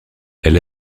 elle